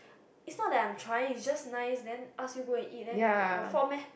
is not that I am not trying just nice then and ask you got and eat got fault meh